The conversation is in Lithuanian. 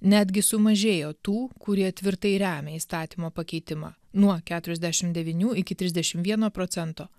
netgi sumažėjo tų kurie tvirtai remia įstatymo pakeitimą nuo keturiasdešimt devynių iki trisdešimt vieno procento